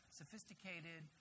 sophisticated